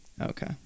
okay